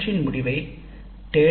பயிற்சியின் முடிவை story